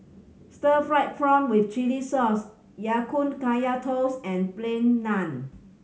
stir fried prawn with chili sauce Ya Kun Kaya Toast and Plain Naan